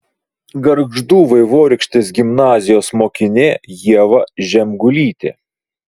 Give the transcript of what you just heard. gargždų vaivorykštės gimnazijos mokinė ieva žemgulytė